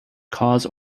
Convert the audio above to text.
cause